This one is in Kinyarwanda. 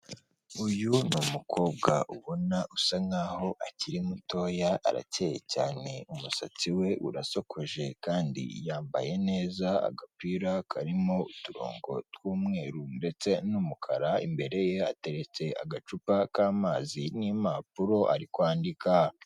Uyu ni umukobwa ubona usa nk'aho akiri mutoya, arakeyeye cyane, umusatsi we urasokoje kandi yambaye neza, agapira karimo uturongo tw'umweru ndetse n'umukara, imbere ye hateretse agacupa k'amazi n'impapuro, ari kwandika.